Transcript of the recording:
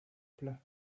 plat